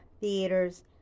theaters